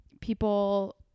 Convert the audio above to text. people